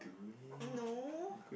no